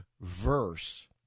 verse